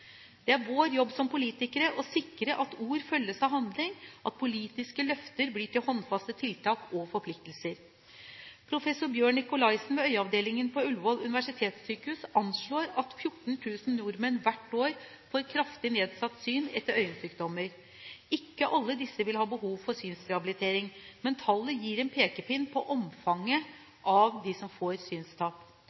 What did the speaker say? Det er vår jobb som politikere å sikre at ord følges av handling, at politiske løfter blir til håndfaste tiltak og forpliktelser. Professor Bjørn Nicolaissen ved øyeavdelingen på Ullevål universitetssykehus anslår at 14 000 nordmenn hvert år får kraftig nedsatt syn etter øyesykdommer. Ikke alle disse vil ha behov for synsrehabilitering, men tallet gir en pekepinn på omfanget av synstap.